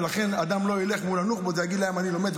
ולכן אדם לא ילך מול הנוח'בות ויגיד להם: אני לומד.